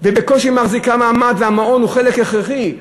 ובקושי היא מחזיקה מעמד, והמעון הוא חלק הכרחי,